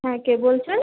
হ্যাঁ কে বলছেন